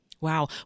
Wow